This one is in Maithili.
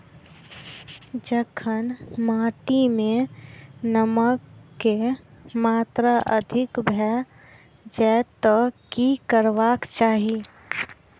जखन माटि मे नमक कऽ मात्रा अधिक भऽ जाय तऽ की करबाक चाहि?